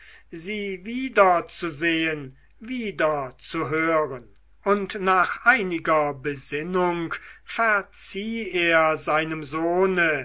sie wieder zu sehen wieder zu hören und nach einiger besinnung verzieh er seinem sohne